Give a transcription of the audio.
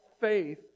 faith